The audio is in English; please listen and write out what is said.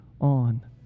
on